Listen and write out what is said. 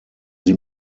sie